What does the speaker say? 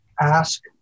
ask